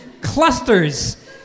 clusters